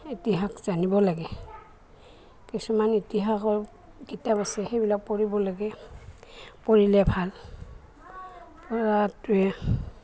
ইতিহাস জানিব লাগে কিছুমান ইতিহাসৰ কিতাপ আছে সেইবিলাক পঢ়িব লাগে পঢ়িলে ভাল পঢ়াটোৱে